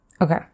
Okay